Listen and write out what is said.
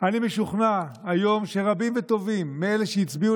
אני משוכנע היום שרבים וטובים מאלה שהצביעו